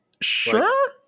Sure